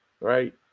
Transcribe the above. right